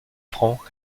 francs